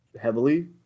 heavily